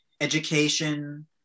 education